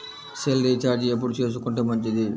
Cell recharge ఎప్పుడు చేసుకొంటే మంచిది?